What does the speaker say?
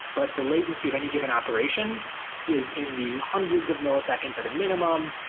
but the latency of any given operation is in the hundreds of milliseconds are the minimum.